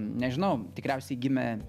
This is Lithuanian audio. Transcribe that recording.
nežinau tikriausiai gimė